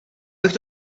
bych